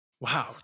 Wow